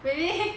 really meh